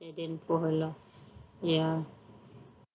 and saddened for her loss ya